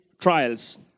trials